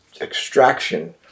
extraction